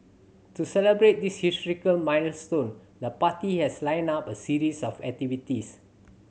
to celebrate this historical milestone the party has lined up a series of activities